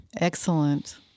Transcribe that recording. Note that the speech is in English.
Excellent